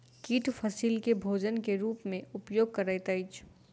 कीट फसील के भोजन के रूप में उपयोग करैत अछि